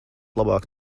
labāk